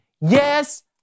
Yes